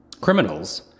criminals